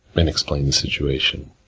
and explain the situation.